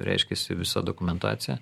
reiškiasi visa dokumentacija